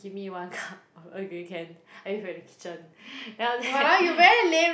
give me one cup of Earl Grey can I wait for you at the kitchen then after that